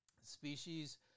Species